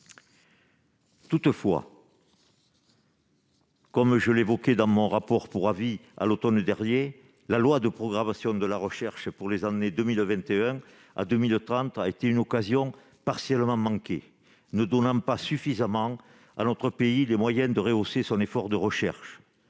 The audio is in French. Toutefois, comme je l'évoquais, à l'automne dernier, dans mon rapport pour avis sur ce texte, la loi de programmation de la recherche pour les années 2021 à 2030 a été une occasion partiellement manquée, ne donnant pas suffisamment à notre pays les moyens de rehausser son effort de recherche.